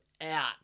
Out